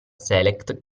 select